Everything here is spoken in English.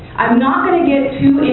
i'm not going to get too